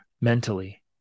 mentally